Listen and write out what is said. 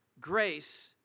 Grace